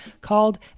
called